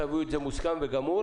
תביאו את זה מוסכם וגמור.